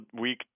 week